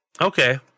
Okay